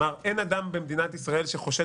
הוא אמר: "אין אדם במדינת ישראל שחושד